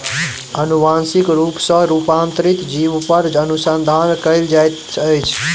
अनुवांशिक रूप सॅ रूपांतरित जीव पर अनुसंधान कयल जाइत अछि